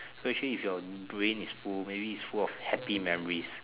so actually if your brain is full maybe it's full of happy memories